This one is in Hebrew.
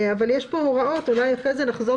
אבל יש פה הוראות אולי אחרי כן נחזור